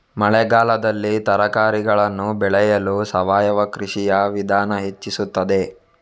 ಮಳೆಗಾಲದಲ್ಲಿ ತರಕಾರಿಗಳನ್ನು ಬೆಳೆಯಲು ಸಾವಯವ ಕೃಷಿಯ ವಿಧಾನ ಹೆಚ್ಚಿಸುತ್ತದೆ?